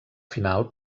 final